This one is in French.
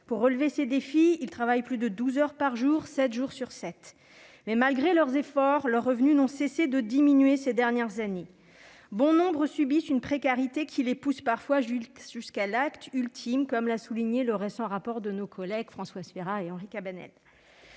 Pour relever ces défis, ils travaillent plus de douze heures par jour, sept jours sur sept. Procédure, malgré leurs efforts, leurs revenus n'ont cessé de diminuer au cours des dernières années. Bon nombre « subissent » une précarité, qui les pousse parfois jusqu'à l'acte ultime, comme l'a souligné le récent rapport de nos collègues Françoise Férat et Henri Cabanel.